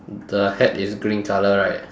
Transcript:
the hat is green colour right